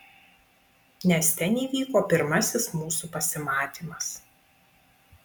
nes ten įvyko pirmasis mūsų pasimatymas